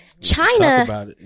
China